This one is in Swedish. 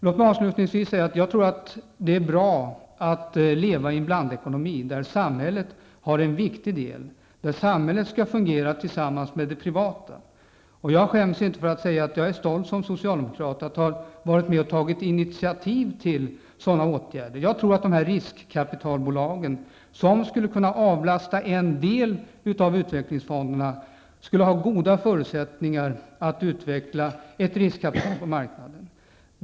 Låt mig avslutningsvis säga att jag tror att det är bra att leva i en blandekonomi, där samhället har en viktig funktion, där samhället skall fungera tillsammans med det privata. Jag skäms inte för att säga att jag som socialdemokrat är stolt över att ha varit med och tagit initiativ till sådana åtgärder. Jag tror att riskkapitalbolagen, som skulle kunna avlasta en del av utvecklingsfonderna skulle ha goda förutsättningar att skapa riskkapital på marknaden.